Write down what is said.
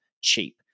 cheap